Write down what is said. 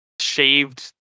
shaved